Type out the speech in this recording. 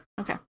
Okay